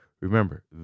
Remember